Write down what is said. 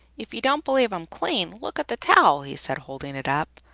if you don't believe i'm clean, look at the towel! he said, holding it up.